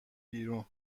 بیرون